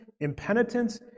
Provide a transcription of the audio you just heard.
impenitence